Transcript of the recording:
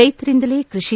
ರೈತರಿಂದಲೇ ಕೃಷಿ